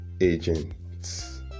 agents